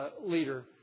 leader